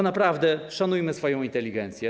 Naprawdę szanujmy swoją inteligencję.